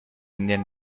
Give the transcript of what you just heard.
indian